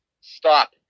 Stop